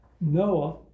Noah